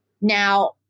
Now